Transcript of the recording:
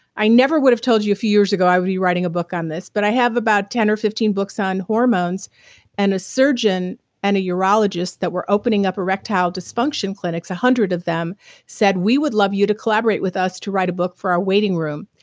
i never would have told you a few years ago i would be writing a book on this, but i have about ten or fifteen books on hormones and a surgeon and a urologist that were opening up erectile dysfunction clinics, a hundred of them said, we would love you to collaborate with us to write a book for our waiting room.